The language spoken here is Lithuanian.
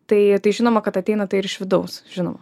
tai tai žinoma kad ateina tai ir iš vidaus žinoma